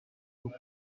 koko